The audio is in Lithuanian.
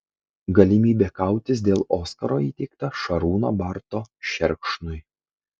galimybė kautis dėl oskaro įteikta šarūno barto šerkšnui